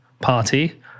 party